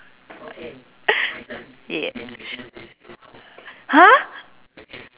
yeah !huh!